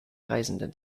reisenden